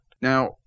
Now